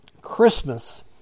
Christmas